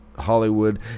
Hollywood